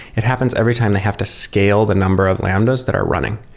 it happens every time they have to scale the number of lambdas that are running.